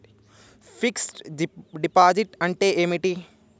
Fix డ్ deposit అంటే ఏమిటి?